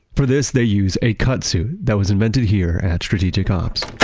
for this they use a cut suit. that was invented here at strategic ops.